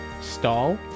Stall